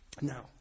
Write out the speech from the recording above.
Now